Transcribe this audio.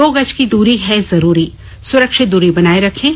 दो गज की दूरी है जरूरी सुरक्षित दूरी बनाए रखें